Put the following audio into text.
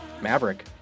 Maverick